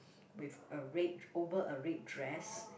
with a red over a red dress